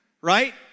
Right